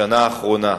בשנה האחרונה,